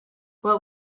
what